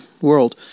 world